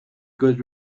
good